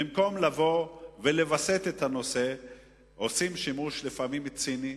במקום לווסת את הנושא עושים שימוש, לפעמים ציני,